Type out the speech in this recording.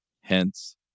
Hence